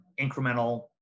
incremental